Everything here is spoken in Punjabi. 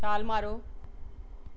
ਛਾਲ ਮਾਰੋ